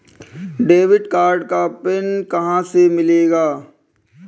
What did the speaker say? Debit card का PIN कहां से मिलेगा?